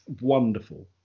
wonderful